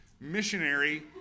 missionary